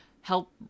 help